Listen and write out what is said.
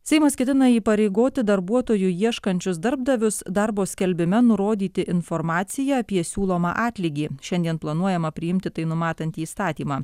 seimas ketina įpareigoti darbuotojų ieškančius darbdavius darbo skelbime nurodyti informaciją apie siūlomą atlygį šiandien planuojama priimti tai numatantį įstatymą